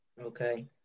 Okay